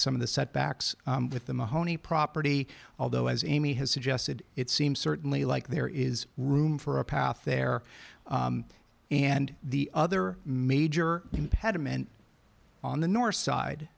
some of the setbacks with the mahoney property although as amy has suggested it seems certainly like there is room for a path there and the other major impediment on the north side